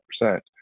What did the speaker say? percent